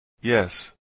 Yes